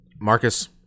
Marcus